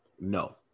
No